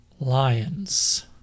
Lions